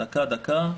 דקה-דקה,